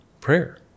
Prayer